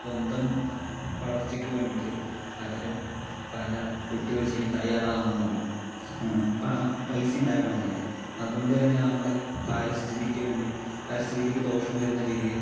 സ്വന്തം വളർച്ചയ്ക്ക് വേണ്ടിയിട്ട് പലരും പല വിട്ടു വീഴ്ചയ്ക്കും തയ്യാറാകുന്നുണ്ട് പണം പൈസ ഉണ്ടാക്കാൻ വേണ്ടിയിട്ട് അതുകൊണ്ട് തന്നെ നമ്മുടെ പരിസ്ഥിതിക്ക് വേണ്ടി പരിസ്ഥിതിക്കൊക്കെ ദോഷം വരുന്ന രീതിയിൽ